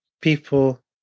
people